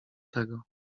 tego